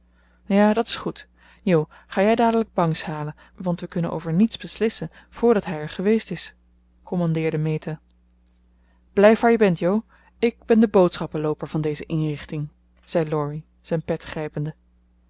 ja dat is goed jo ga jij dadelijk bangs halen want we kunnen over niets beslissen voordat hij er geweest is commandeerde meta blijf waar je bent jo ik ben de boodschaplooper van deze inrichting zei laurie zijn pet grijpende